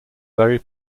very